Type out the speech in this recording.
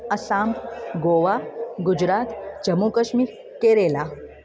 Assam Goa Gujarat Jammu Kashmir Kerala